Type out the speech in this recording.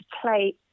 play